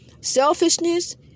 Selfishness